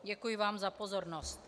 Děkuji vám za pozornost.